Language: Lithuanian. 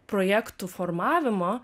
projektų formavimo